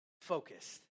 focused